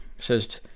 says